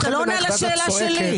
אתה לא עונה על השאלה שלי.